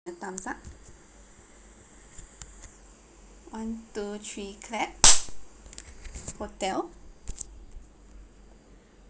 thumbs up one two three clap hotel